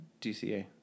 DCA